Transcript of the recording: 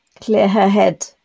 clear-her-head